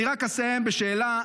אני רק אסיים בשאלה,